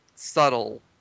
subtle